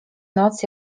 noc